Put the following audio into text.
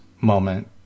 moment